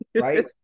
right